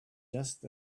just